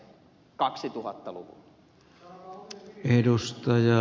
arvoisa puhemies